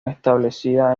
establecida